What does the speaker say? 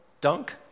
dunk